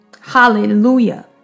Hallelujah